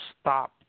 stop